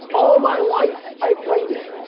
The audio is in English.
all my life i've waited.